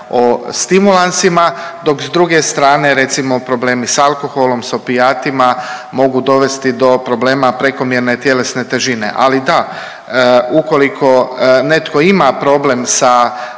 o stimulansima, dok s druge strane recimo problemi s alkoholom s opijatima mogu dovesti do problema prekomjerne tjelesne težine. Ali da, ukoliko netko ima problem sa